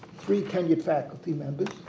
three tenured faculty members,